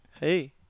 Hey